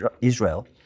Israel